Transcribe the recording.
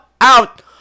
out